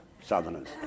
Southerners